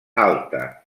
alta